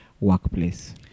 workplace